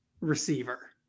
receiver